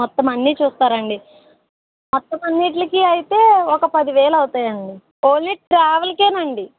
మొత్తం అన్ని చూస్తారా అండి మొత్తం అన్నిటికి అయితే ఒక పదివేలు అవుతాయి అండి ఓన్లీ ట్రావెల్కే అండి